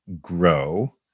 grow